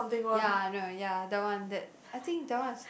ya I know ya the one that I think that one is